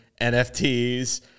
NFTs